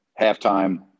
halftime